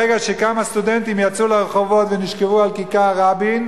ברגע שכמה סטודנטים יצאו לרחובות ונשכבו על כיכר-רבין,